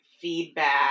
feedback